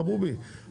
חבובי,